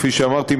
כפי שאמרתי,